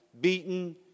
beaten